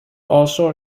also